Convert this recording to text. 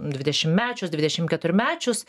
dvidešimtmečius dvidešim keturmečius